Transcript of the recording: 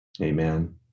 Amen